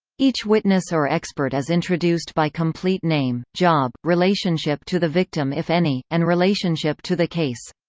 each witness or expert is introduced by complete name, job, relationship to the victim if any, and relationship to the case.